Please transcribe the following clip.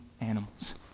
animals